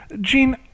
Jean